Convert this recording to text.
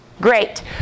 Great